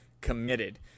committed